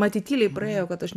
matyt tyliai praėjo kad aš